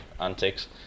antics